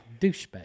Douchebag